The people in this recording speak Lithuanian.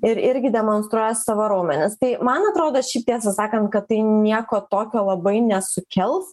ir irgi demonstruoja savo raumenis tai man atrodo šiaip tiesa sakant kad tai nieko tokio labai nesukels